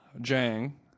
Jang